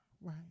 right